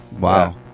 Wow